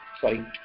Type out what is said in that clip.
sorry